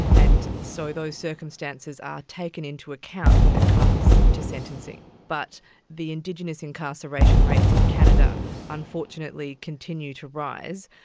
and so those circumstances are taken into account when it comes to sentencing. but the indigenous incarceration rates in canada unfortunately continue to rise,